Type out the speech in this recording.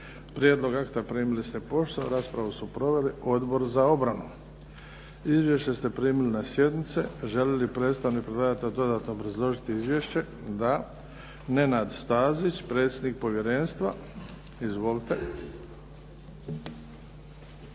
Prijedlog akta primili ste poštom. Raspravu su proveli Odbor za obranu. Izvješća ste primili na sjednici. Želi li predstavnik predlagatelja dodatno obrazložiti izvješće? Da. Nenad Stazić, predsjednik povjerenstva. Izvolite.